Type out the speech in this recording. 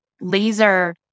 laser